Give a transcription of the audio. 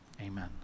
Amen